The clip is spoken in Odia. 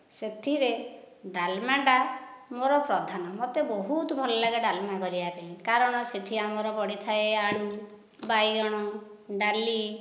ସେଥିରେ ଡାଲମାଟା ମୋର ପ୍ରଧାନ ମୋତେ ବହୁତ ଭଲ ଲାଗେ ଡାଲମା କରିବା ପାଇଁ କାରଣ ସେଇଠି ଆମର ପଡ଼ିଥାଏ ଆଳୁ ବାଇଗଣ ଡାଲି